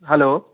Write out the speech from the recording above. hello